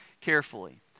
carefully